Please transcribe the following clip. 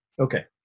Okay